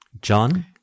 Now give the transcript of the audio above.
John